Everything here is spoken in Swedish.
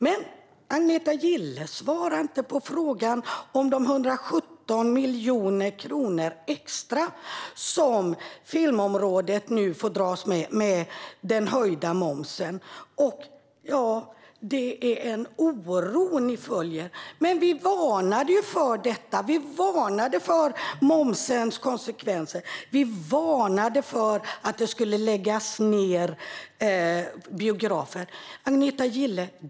Men Agneta Gille svarar inte på frågan om de 117 miljoner kronor extra som filmområdet nu får dras med i och med den höjda momsen. Det är en oro som ni följer. Men vi varnade ju för detta. Vi varnade för momsens konsekvenser. Vi varnade för att det skulle läggas ned biografer. Agneta Gille!